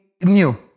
new